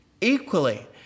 equally